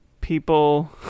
people